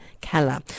Keller